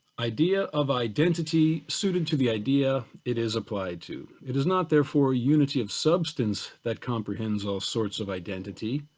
idea of identity suited to the idea it is applied to. it is not, therefore, unity of substance that comprehends all sorts of identity,